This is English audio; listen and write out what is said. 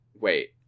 wait